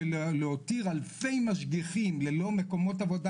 של להותיר אלפי משגיחים ללא מקומות עבודה,